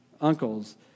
uncles